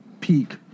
peak